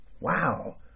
Wow